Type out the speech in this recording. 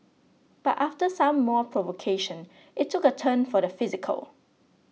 but after some more provocation it took a turn for the physical